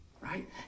right